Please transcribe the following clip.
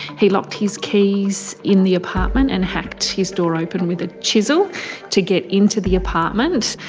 he locked his keys in the apartment and hacked his door open with a chisel to get into the apartment.